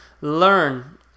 learn